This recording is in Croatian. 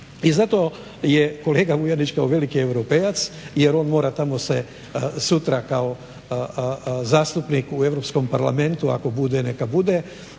I zato je kolega Vuljanić kao veliki europejac, jer on mora tamo se sutra kao zastupnik u Europskom parlamentu ako bude neka bude,